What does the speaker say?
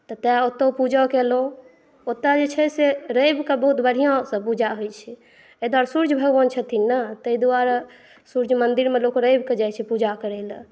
तऽ तै ओतौ पूजा केलहुँ ओतऽ जे छै से रविकऽ बहुत बढ़िऑंसँ पूजा होइ छै एहि दुआरे सुर्य भगवान छथिन ने तै दुआरे सुर्य मन्दिरमे लोक रविकऽ जाइ छै पूजा करय ला